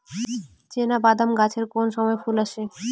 চিনাবাদাম গাছে কোন সময়ে ফুল আসে?